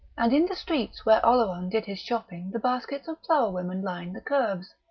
and in the streets where oleron did his shopping the baskets of flower-women lined the kerbs.